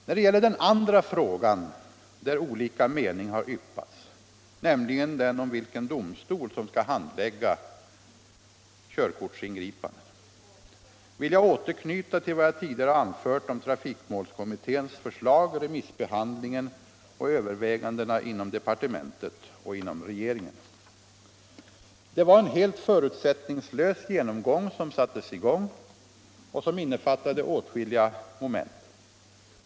När det gäller den andra frågan där olika mening har yppats — nämligen den om vilken domstol som skall handlägga körkortsingripanden — vill jag återknyta till vad jag tidigare har anfört om trafikmålskommitténs förslag, remissbehandlingen och övervägandena inom departementet och regeringen. Det var en helt förutsättningslös genomgång som sattes i gång och som innefattade åtskilliga moment.